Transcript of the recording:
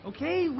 Okay